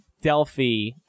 Delphi